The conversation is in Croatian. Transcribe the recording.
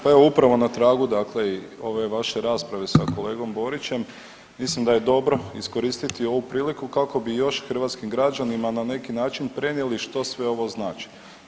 Pa evo upravo na tragu, dakle i ove vaše rasprave sa kolegom Borićem mislim da je dobro iskoristiti ovu priliku kako bi još hrvatskim građanima na neki način prenijeli što sve ovo znači.